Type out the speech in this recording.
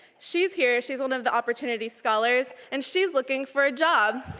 she's here. she's one of the opportunity scholars and she's looking for a job.